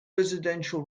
residential